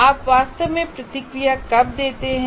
आप वास्तव में प्रतिक्रिया कब देते हैं